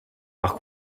par